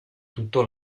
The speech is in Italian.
tutto